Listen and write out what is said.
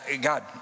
God